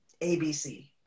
ABC